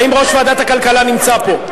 האם יושב-ראש ועדת הכלכלה נמצא פה?